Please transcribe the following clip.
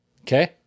Okay